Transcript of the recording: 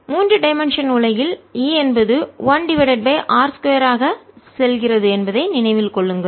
மூன்று டைமென்ஷன் முப்பரிமாண உலகில் E 1 டிவைடட் பை r 2 ஆக செல்கிறது என்பதை நினைவில் கொள்ளுங்கள்